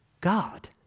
God